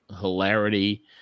Hilarity